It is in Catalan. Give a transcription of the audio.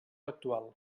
actual